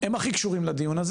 הם הכי קשורים לדיון הזה,